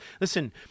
listen